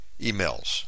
emails